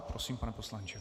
Prosím, pane poslanče.